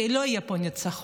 כי לא יהיה פה ניצחון,